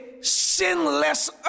sinless